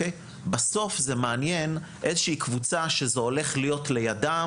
בסוף זה מעניין איזושהי קבוצה שזה הולך להיות לידם